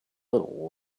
little